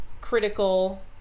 critical